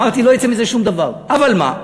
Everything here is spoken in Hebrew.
אמרתי: לא יצא מזה שום דבר, אבל מה?